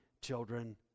children